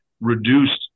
reduced